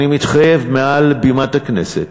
אני מתחייב מעל בימת הכנסת,